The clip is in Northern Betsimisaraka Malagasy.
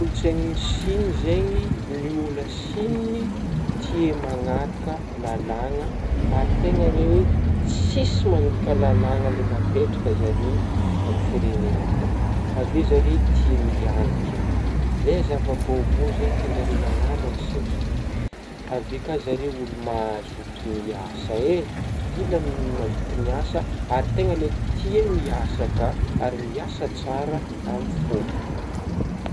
Kolontsaigna ny Sina zegny ny ôlo agny Signy tia magnaraka lalàgna ary tegna le hoe tsisy mandika lalàgna le nampetraka zare amin'gny firenegna akao, avy eo zare tia mianatra ,le zava-baovao zegny tianzare ianaragna sintry, avy eo ka zare ôlo mazoto miasa eh, dy la mazoto miasa ary tegna le tia miasa ka ary miasa tsara amin'ny fô.